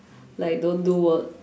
like don't do work